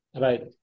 Right